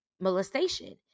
molestation